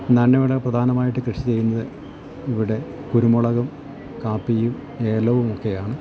നാണ്യവിള പ്രധാനമായിട്ട് കൃഷി ചെയ്യുന്നത് ഇവിടെ കുരുമുളകും കാപ്പിയും ഏലവും ഒക്കെയാണ്